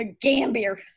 Gambier